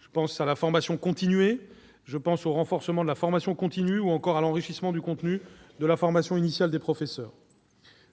du texte : la formation continuée, le renforcement de la formation continue, ou encore l'enrichissement du contenu de la formation initiale des professeurs.